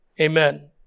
Amen